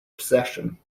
possession